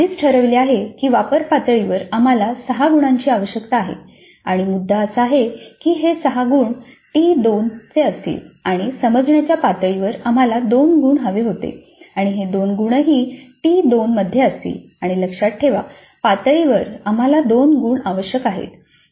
आपण आधीच ठरविले आहे की वापर पातळीवर आम्हाला 6 गुणांची आवश्यकता आहे आणि मुद्दा असा आहे की हे 6 गुण टी 2 चे असतील आणि समजण्याच्या पातळीवर आम्हाला 2 गुण हवे होते आणि हे 2 गुणही टी 2 मध्ये असतील आणि लक्षात ठेवा पातळीवर आम्हाला 2 गुण आवश्यक आहेत